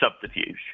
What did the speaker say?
subterfuge